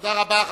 תודה רבה.